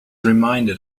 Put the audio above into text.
reminded